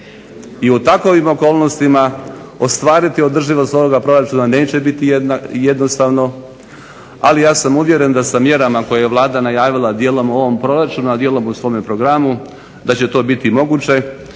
I u takvim okolnostima ostvariti održivost ovog proračuna neće biti jednostavno, ali ja sam uvjeren da sa mjerama koje je Vlada najavila dijelom u ovom proračunu a dijelom u svome programu da će to biti moguće